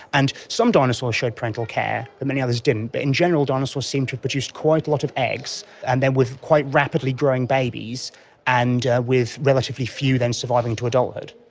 and some dinosaurs showed parental care, but many others didn't, but in general dinosaurs seemed to have produced quite a lot of eggs, and then with quite rapidly growing babies and with relatively few then surviving to adulthood.